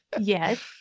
Yes